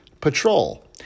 patrol